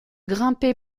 grimper